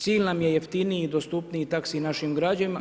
Cilj nam je jeftiniji i dostupniji taxi našim građanima.